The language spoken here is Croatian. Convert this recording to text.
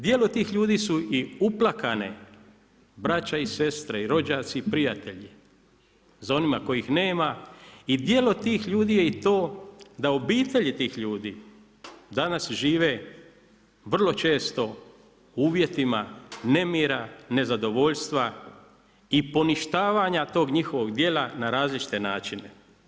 Djelo tih ljudi su i uplakane braća i sestre, i rođaci i prijatelji za onima kojih nema i djelo tih ljudi je i to da obitelji tih ljudi danas žive vrlo često u uvjetima nemira, nezadovoljstva i poništavanja tog njihovog djela na različite načine.